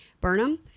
Burnham